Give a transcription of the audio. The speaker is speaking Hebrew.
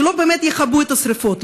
שלא באמת יכבו את השרפות,